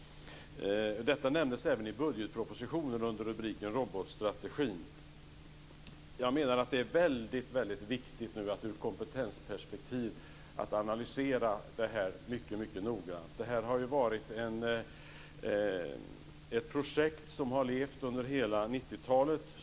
Detta nämndes även i budgetpropositionen under rubriken Robotstrategin. Jag menar att det nu är väldigt viktigt att i ett kompetensperspektiv analysera det här mycket noggrant. Det gäller ett projekt som har levt under hela 90-talet.